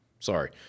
Sorry